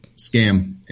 scam